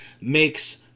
makes